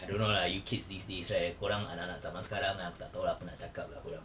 I don't know lah you kids these days right korang anak-anak zaman sekarang lah aku tak tahu lah apa nak cakap lah kau orang